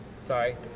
Sorry